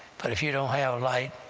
but if you don't have light,